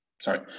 sorry